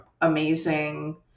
amazing